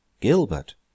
Gilbert